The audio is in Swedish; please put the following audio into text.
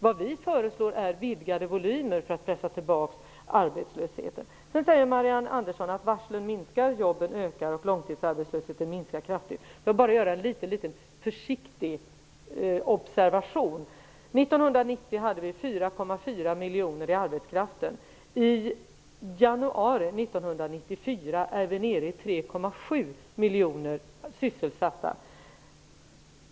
Vad vi föreslår är vidgade volymer för att pressa tillbaka ungdomsarbetslösheten. Marianne Andersson säger vidare att varslen minskar, jobben ökar och långtidsarbetslösheten går ned kraftigt. Låt mig bara göra en liten försiktig observation. År 1990 hade vi 4,4 miljoner i arbetskraften. I januari 1994 är vi nere i 3,7 miljoner sysselsatta.